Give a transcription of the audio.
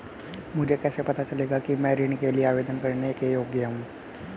मुझे कैसे पता चलेगा कि मैं ऋण के लिए आवेदन करने के योग्य हूँ?